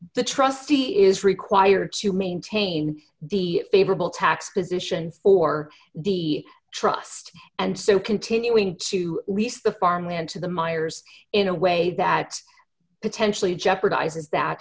the trustee is required to maintain the favorable tax position for the trust and so continuing to receive the farmland to the miers in a way that potentially jeopardizes that